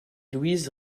louise